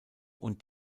und